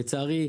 לצערי,